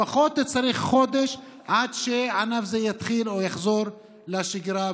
צריך לפחות חודש עד שענף זה יתחיל או יחזור לשגרה,